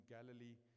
Galilee